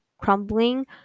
crumbling